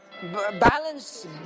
balance